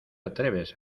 atreves